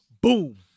Boom